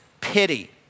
pity